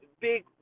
big